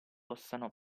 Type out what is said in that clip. possano